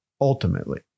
ultimately